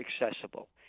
accessible